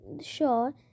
sure